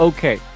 Okay